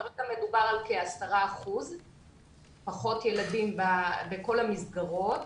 כרגע מדובר על כ-10% פחות ילדים בכל המסגרות